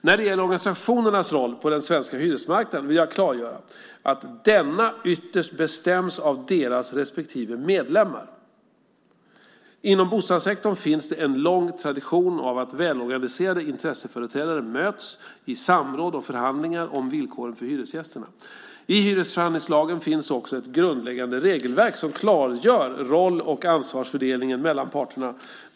När det gäller organisationernas roll på den svenska hyresmarknaden vill jag klargöra att denna ytterst bestäms av deras respektive medlemmar. Inom bostadssektorn finns det en lång tradition av att välorganiserade intresseföreträdare möts i samråd och förhandlingar om villkoren för hyresgästerna. I hyresförhandlingslagen finns också ett grundläggande regelverk som klargör roll och ansvarsfördelningen mellan parterna.